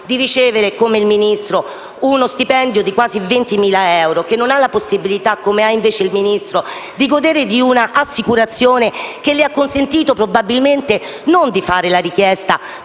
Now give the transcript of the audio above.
di ricevere uno stipendio di quasi 20.000 euro e non ha la possibilità, come ha invece il Ministro, di godere di un'assicurazione che le ha consentito, probabilmente, di non dover fare la richiesta